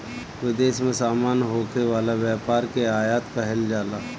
विदेश में सामान होखे वाला व्यापार के आयात कहल जाला